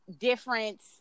difference